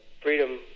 freedom